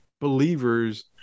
believers